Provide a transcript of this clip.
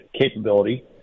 capability